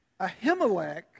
Ahimelech